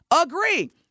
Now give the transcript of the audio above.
agree